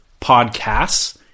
podcasts